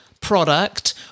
product